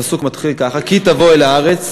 הפסוק מתחיל כך: "כי תבא אל הארץ